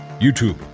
YouTube